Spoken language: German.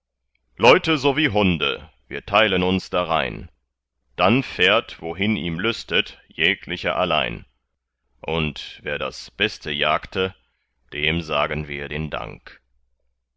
leute sowie hunde wir teilen uns darein dann fährt wohin ihm lüstet jeglicher allein und wer das beste jagte dem sagen wir den dank